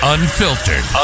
Unfiltered